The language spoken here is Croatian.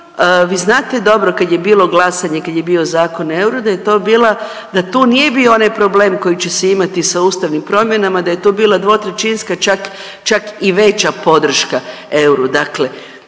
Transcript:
vi znate dobro kad je bilo glasanje kad je bio Zakon o euro da je to bila, da tu nije bio onaj problem koji će se imati sa ustavnim promjenama da je tu bila 2/3 čak i veća podrška euru.